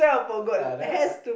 uh that I